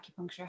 acupuncture